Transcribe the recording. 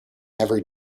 every